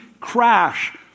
crash